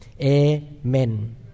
Amen